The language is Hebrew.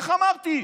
איך אמרתי,